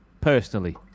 Personally